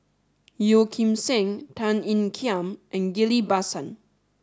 Yeo Kim Seng Tan Ean Kiam and Ghillie Basan